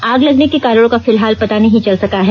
आग लगने के कारणों का फिलहाल पता नहीं चल सका है